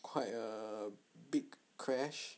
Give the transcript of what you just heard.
quite a big crash